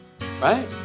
Right